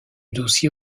dossier